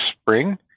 spring